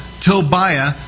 Tobiah